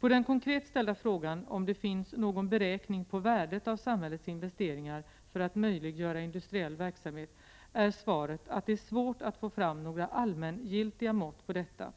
På den konkret ställda frågan om det finns någon beräkning beträffande värdet av samhällets investeringar för att möjliggöra industriell verksamhet är svaret att det är svårt att få fram några allmängiltiga mått på detta.